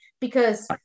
because-